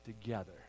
together